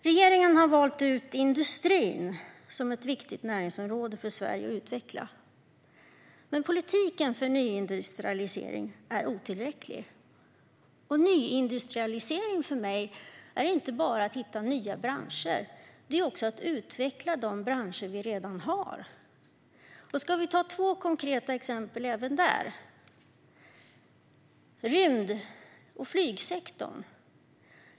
Regeringen har valt ut industrin som ett viktigt näringsområde för Sverige att utveckla, men politiken för nyindustrialisering är otillräcklig. För mig är nyindustrialisering inte bara att hitta nya branscher utan också att utveckla de branscher som vi redan har. Vi kan ta två konkreta exempel även där. Vi har rymd och flygsektorn.